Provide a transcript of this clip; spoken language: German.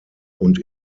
und